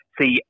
See